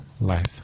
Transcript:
Life